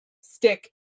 stick